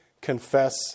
confess